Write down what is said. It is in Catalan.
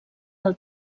del